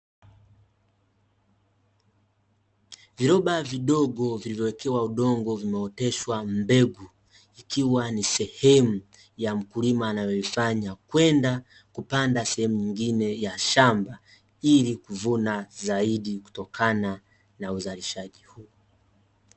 Viroba vidogo vilivyowekewa udongo. Vimeoteshwa mbegu ikiwa ni sehemu ya mkulima anayoifanya kwenda kupanda sehemu nyingine ya shamba, ili kuvuna zaidi kutokana na uzalishaji huu.